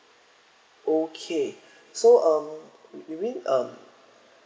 okay so uh you mean um